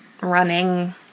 running